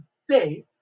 say